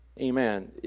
amen